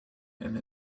and